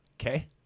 Okay